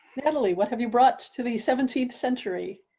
natalie, what have you brought to the seventeenth century.